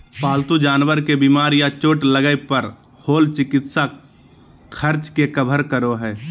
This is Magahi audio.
पालतू जानवर के बीमार या चोट लगय पर होल चिकित्सा खर्च के कवर करो हइ